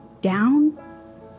down